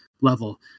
level